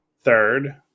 third